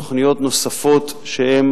תוכניות נוספות שהן